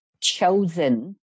chosen